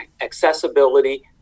accessibility